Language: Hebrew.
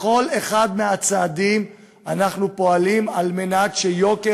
בכל אחד מהצעדים אנחנו פועלים כדי שיוקר